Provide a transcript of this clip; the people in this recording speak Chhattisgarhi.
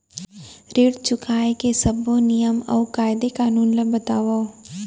ऋण चुकाए के सब्बो नियम अऊ कायदे कानून ला बतावव